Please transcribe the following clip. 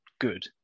Good